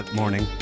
morning